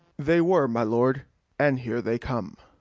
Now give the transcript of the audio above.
they were, my lord and here they come.